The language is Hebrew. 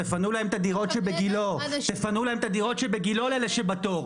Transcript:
תפנו להם את הדירות שבגילה תפנו להם את הדירות שבגילה לאלה שבתור,